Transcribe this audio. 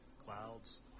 Clouds